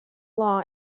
law